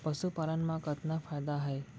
पशुपालन मा कतना फायदा हे?